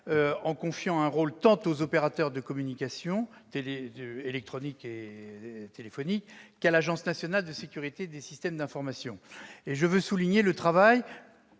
en confiant un rôle tant aux opérateurs de communication électronique et de téléphonie qu'à l'Agence nationale de la sécurité des systèmes d'information. Je veux souligner le travail